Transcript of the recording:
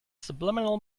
subliminal